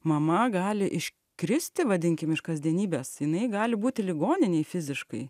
mama gali iškristi vadinkim iš kasdienybės jinai gali būti ligoninėj fiziškai